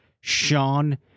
Sean